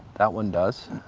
that one does.